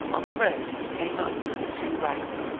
on the road, he came up with the two wrights,